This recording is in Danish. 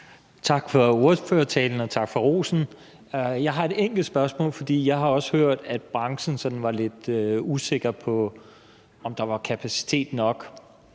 Tak for ordførertalen, og tak for rosen. Jeg har et enkelt spørgsmål, for jeg har også hørt, at branchen var lidt usikker på, om der var kapacitet nok,